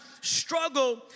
struggle